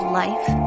life